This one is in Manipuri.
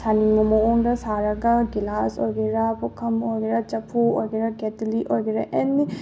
ꯁꯥꯅꯤꯡꯕ ꯃꯑꯣꯡꯗ ꯁꯥꯔꯒ ꯒꯤꯂꯥꯁ ꯑꯣꯏꯒꯦꯔ ꯄꯨꯛꯈꯝ ꯑꯣꯏꯒꯦꯔ ꯆꯐꯨ ꯑꯣꯏꯒꯦꯔ ꯀꯦꯇꯂꯤ ꯑꯣꯏꯒꯦꯔ ꯑꯦꯅꯤ